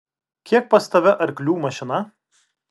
kiek pas tave arklių mašina